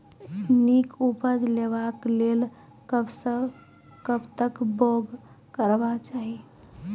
नीक उपज लेवाक लेल कबसअ कब तक बौग करबाक चाही?